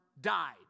died